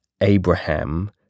Abraham